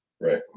Right